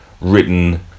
written